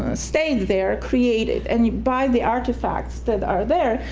ah stayed there, created, and by the artifacts that are there,